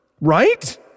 Right